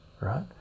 right